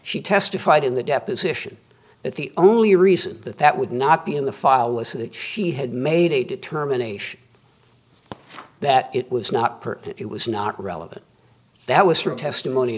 she testified in the deposition that the only reason that that would not be in the file list that she had made a determination that it was not it was not relevant that was her testimony